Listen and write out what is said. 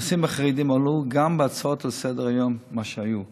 הנושאים של החרדים עלו גם בהצעות לסדר-היום שהיו,